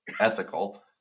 ethical